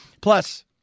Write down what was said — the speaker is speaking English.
Plus